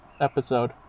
episode